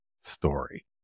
story